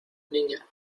niña